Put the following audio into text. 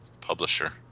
publisher